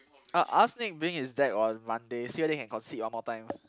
I'll ask Nick bring his deck on Monday see whether he can concede one more time